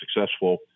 successful